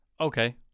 Okay